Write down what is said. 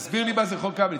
תסביר לי מה זה חוק קמיניץ,